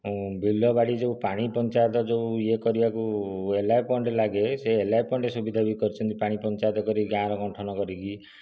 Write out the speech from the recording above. ବିଲ ବାଡ଼ି ଯେଉଁ ପାଣି ପଞ୍ଚାୟତ ଯେଉଁ ଇଏ କରିବାକୁ ଏଲ୍ ଆଇ ପଏଣ୍ଟ୍ ଲାଗେ ସେ ଏଲ୍ ଆଇ ପଏଣ୍ଟ୍ ସୁବିଧା ବି କରିଛନ୍ତି ପାଣି ପଞ୍ଚାୟତ କରିକି ଗାଁରେ ଗଠନ କରିକି